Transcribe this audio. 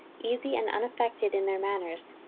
easy and unaffected in their manners,